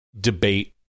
debate